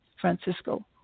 Francisco